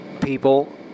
People